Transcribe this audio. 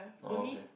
orh okay